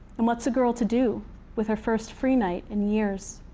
and what's a girl to do with her first free night in years?